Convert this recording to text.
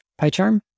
PyCharm